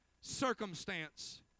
circumstance